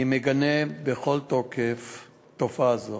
אני מגנה בכל תוקף תופעה זו.